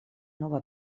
nova